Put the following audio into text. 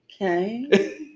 Okay